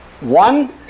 one